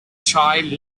child